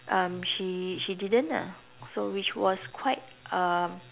um she she didn't ah so which was quite um